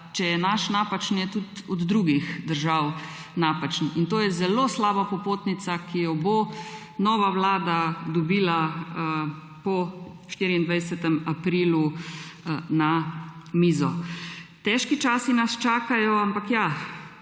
če je naš napačen, je tudi od drugih držav napačen. In to je zelo slaba popotnica, ki jo bo nova vlada dobila po 24. aprilu na mizo. Težki časi nas čakajo, ampak ja,